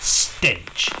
stench